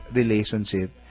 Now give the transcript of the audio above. relationship